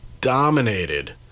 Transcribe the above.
dominated